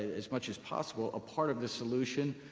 as much as possible, a part of the solution,